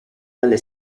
dalle